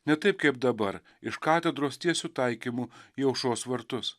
ne taip kaip dabar iš katedros tiesiu taikymu į aušros vartus